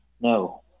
No